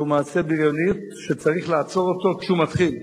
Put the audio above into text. זהו מעשה בריונות שצריך לעצור אותו כשהוא מתחיל.